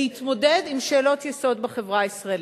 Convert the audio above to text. להתמודד עם שאלות יסוד בחברה הישראלית: